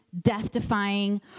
death-defying